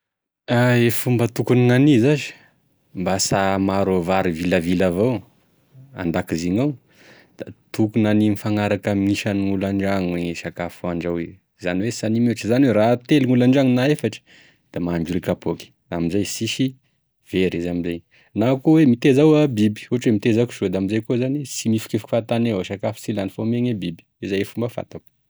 E fomba tokony hany zash mba sy ahamaro e vary vilavila vao an-dakozy gnao, da tokony hany mifagnaraky ame isan'olo an-dragno e sakafo andrahoy, izany hoe raha telo gn'olo an-dragno na efatry da mahandro roy kapoky amizay sisy very izy amzay, na koa hoe miteza biby ohatra hoe miteza kisoa, da amizay koa zany sy mihifikifiky fahatany avao sakafo sy lany fa omegny e biby, izay e fomba fantako.